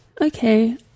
Okay